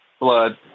Blood